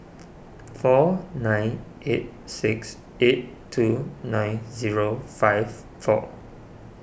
four nine eight six eight two nine zero five four